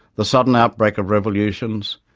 the sudden outbreak of revolutions,